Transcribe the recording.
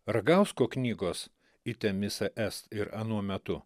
ragausko knygos itemisa es ir anuo metu